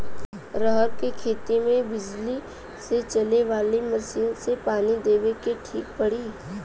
रहर के खेती मे बिजली से चले वाला मसीन से पानी देवे मे ठीक पड़ी?